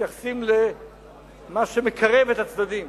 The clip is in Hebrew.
מתייחסים למה שמקרב את הצדדים.